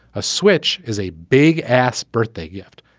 a switch is a big ass birthday gift.